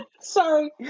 Sorry